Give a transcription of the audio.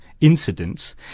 incidents